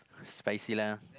spicy lah